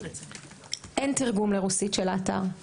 אין תרגום של האתר לרוסית,